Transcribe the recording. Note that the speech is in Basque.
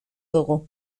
dugu